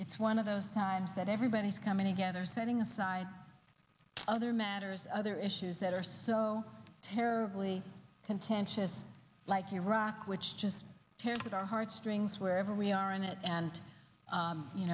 it's one of those times that everybody's coming together setting aside other matters other issues that are so terribly contentious like iraq which just tears at our heart strings wherever we are in it and